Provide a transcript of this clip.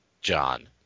John